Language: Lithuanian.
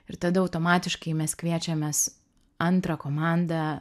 ir tada automatiškai mes kviečiamės antrą komandą